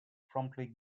promptly